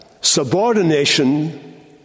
subordination